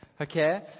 Okay